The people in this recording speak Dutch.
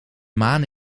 maan